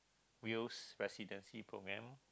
Wales residency program